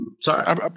Sorry